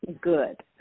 good